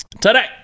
Today